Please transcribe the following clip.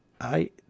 I